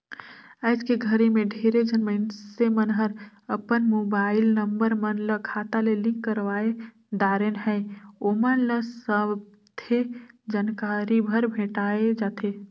आइज के घरी मे ढेरे झन मइनसे मन हर अपन मुबाईल नंबर मन ल खाता ले लिंक करवाये दारेन है, ओमन ल सथे जानकारी हर भेंटाये जाथें